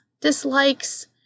dislikes